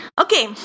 Okay